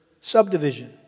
subdivision